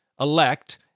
elect